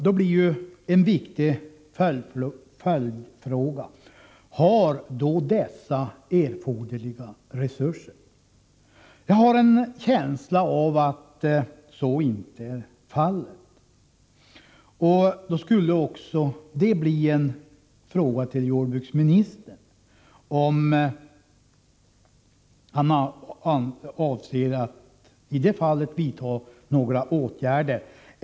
Då blir en viktig följdfråga: Har dessa instanser erforderliga resurser? Jag har en känsla av att så inte är fallet. En fråga till jordbruksministern skulle då också bli: Avser jordbruksministern att i det fallet vidta några åtgärder?